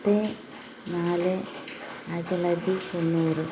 പത്ത് നാല് ആയിരത്തിത്തൊള്ളായിരത്തി തൊണ്ണൂറ്